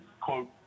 quote